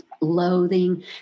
Loathing